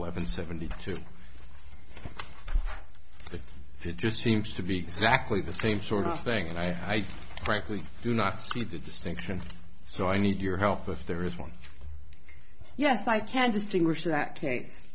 levin seventy two it just seems to be exactly the same sort of thing and i frankly do not see the distinction so i need your help if there is one yes i can distinguish that